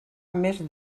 més